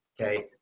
Okay